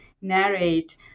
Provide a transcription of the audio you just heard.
narrate